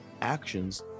Actions